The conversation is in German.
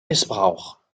missbrauch